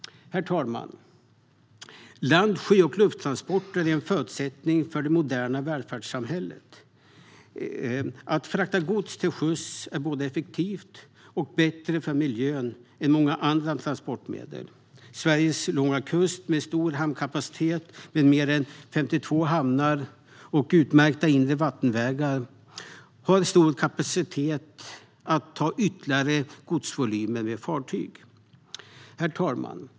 Herr talman! Land, sjö och lufttransporter är en förutsättning för det moderna välfärdssamhället. Att frakta gods till sjöss är både effektivt och bättre för miljön än många andra transportmedel. Sverige, med sin långa kust med stor hamnkapacitet genom mer än 52 hamnar och med sina utmärkta inre vattenvägar, har stor kapacitet att ta ytterligare godsvolymer med fartyg. Herr talman!